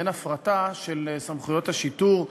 מעין הפרטה של סמכויות השיטור,